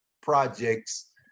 projects